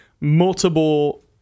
multiple